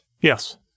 yes